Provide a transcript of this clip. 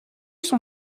son